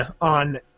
on